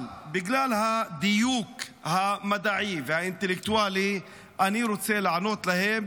אבל בגלל הדיוק המדעי והאינטלקטואלי אני רוצה לענות להם,